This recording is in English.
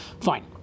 fine